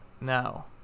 Now